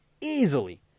Easily